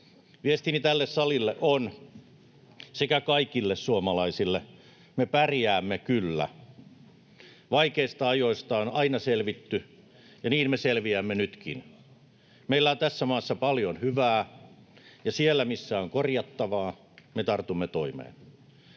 Viestini tälle salille sekä kaikille suomalaisille on: Me pärjäämme kyllä. Vaikeista ajoista on aina selvitty, ja niin me selviämme nytkin. Meillä on tässä maassa paljon hyvää, ja siellä, missä on korjattavaa, me tartumme toimeen.